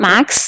Max